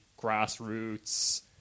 grassroots